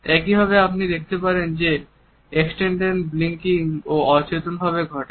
একইভাবে আপনি দেখতে পাবেন যে এক্সটেন্ডেড ব্লিংকিং ও অচেতনভাবে ঘটে